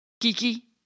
Kiki